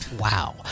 Wow